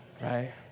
right